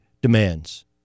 demands